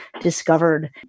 discovered